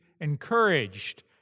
encouraged